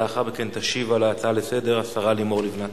ולאחר מכן תשיב על ההצעות לסדר-היום השרה לימור לבנת.